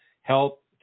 help